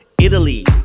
Italy